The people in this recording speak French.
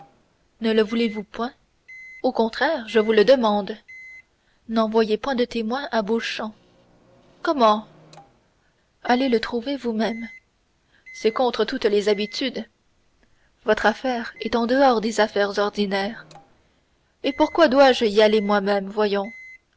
ne le voulez-vous point au contraire je vous le demande n'envoyez point de témoins à beauchamp comment allez le trouver vous-même c'est contre toutes les habitudes votre affaire est en dehors des affaires ordinaires et pourquoi dois-je y aller moi-même voyons